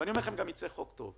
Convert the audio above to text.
ואני גם אומר לכם שיֵצא חוק טוב.